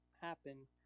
happen